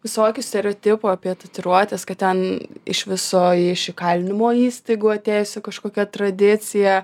visokių stereotipų apie tatuiruotes kad ten iš viso iš įkalinimo įstaigų atėjusi kažkokia tradicija